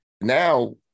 now